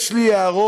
יש לי הערות,